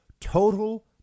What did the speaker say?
total